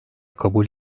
kabul